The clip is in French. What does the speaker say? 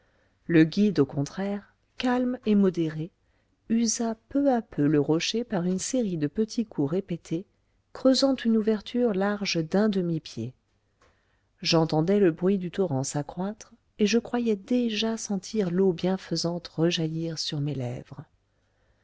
le guide au contraire calme et modéré usa peu à peu le rocher par une série de petits coups répétés creusant une ouverture large d'un demi-pied j'entendais le bruit du torrent s'accroître et je croyais déjà sentir l'eau bienfaisante rejaillir sur mes lèvres